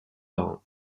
marins